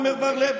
עמר בר לב,